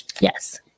Yes